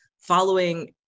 following